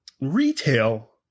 retail